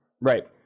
Right